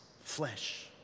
flesh